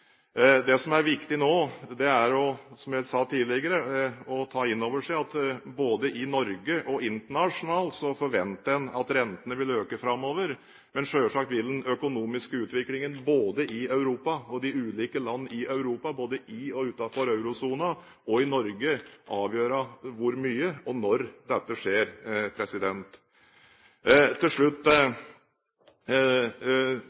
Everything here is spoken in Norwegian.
Det som er viktig nå, er, som jeg sa tidligere, å ta inn over seg at både i Norge og internasjonalt forventer en at rentene vil øke framover, men selvsagt vil den økonomiske utviklingen både i Europa – de ulike land i Europa, både i og utenfor eurosonen – og i Norge, avgjøre hvor mye, og når dette skjer.